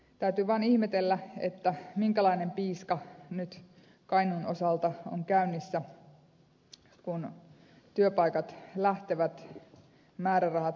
täytyy vaan ihmetellä minkälainen piiska nyt kainuun osalta on käynnissä kun työpaikat lähtevät määrärahat pienenevät